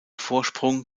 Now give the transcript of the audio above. vorsprung